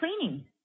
cleaning